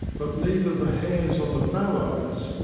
but neither the hares on the fallows,